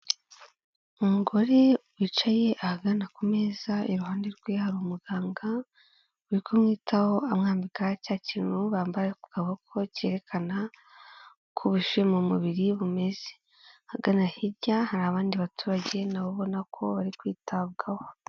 Umugore wicaye ahagana ku meza, iruhande rwe hari umuganga, uri kumwitaho amwambika cya kintu bambara ku kaboko kerekana uko ubushyuhe mu mubiri bumeze, ahagana hirya hari abandi baturage na bo ubona ko bari kwitabwaho.